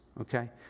okay